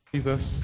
Jesus